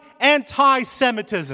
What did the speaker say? anti-Semitism